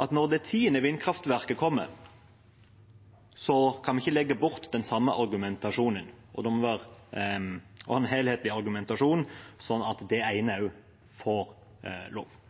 at når det tiende vindkraftverket kommer, kan vi ikke legge bort den samme argumentasjonen, for det må være en helhetlig argumentasjon, sånn at det ene også får lov.